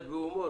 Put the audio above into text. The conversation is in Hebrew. אנחנו אומרים,